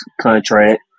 contract